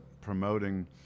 promoting